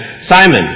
Simon